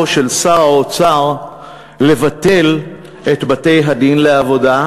של שר האוצר לבטל את בתי-הדין לעבודה,